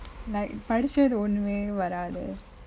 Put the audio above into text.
like படிச்சது ஒன்னுமெ வராது:paadichathu onnume varathu